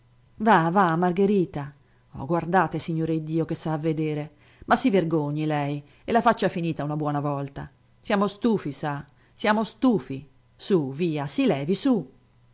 va va margherita oh guardate signore iddio che s'ha a vedere ma si vergogni lei e la faccia finita una buona volta siamo stufi sa siamo stufi su via si levi su